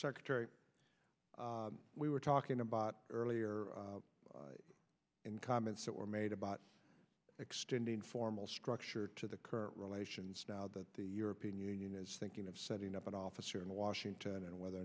secretary we were talking a earlier in comments that were made about extending formal structure to the current relations now that the european union is thinking of setting up an office here in washington and whether or